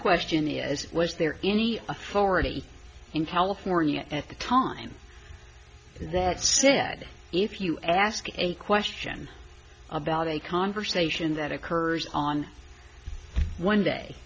question is was there any authority in california at the time that said if you ask a question about a conversation that occurs on one day